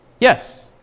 yes